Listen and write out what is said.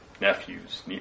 nephews